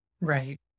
Right